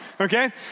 okay